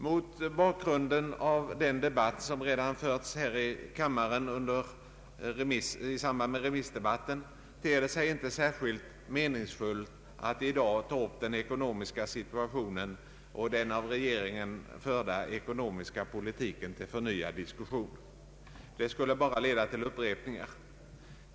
Mot bakgrunden av den debatt som redan förts här i kammaren under remissdebatten ter det sig inte särskilt meningsfullt att i dag ta upp den ekonomiska situationen och den av regeringen förda ekonomiska politiken till förnyad diskussion. Det skulle bara leda till upprepningar.